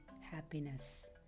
happiness